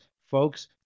Folks